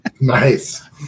Nice